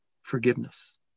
forgiveness